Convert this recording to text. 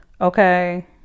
Okay